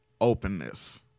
openness